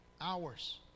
Hours